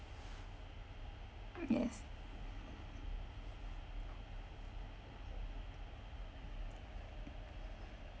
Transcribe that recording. yes